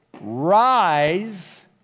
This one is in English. Rise